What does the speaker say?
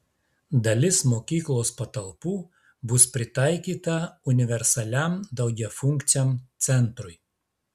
dalis mokyklos patalpų bus pritaikyta universaliam daugiafunkciam centrui